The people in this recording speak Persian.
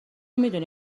میدونی